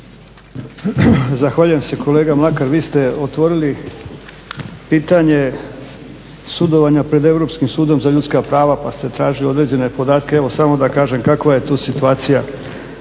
Zahvaljujem se kolega Mlakar, vi ste otvorili pitanje sudovanja pred Europskim sudom za ljudska prava pa ste tražili određene podatke. Evo samo da kažem kakva je tu situacija.